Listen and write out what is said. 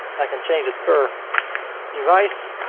like can change it per device.